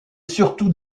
surtout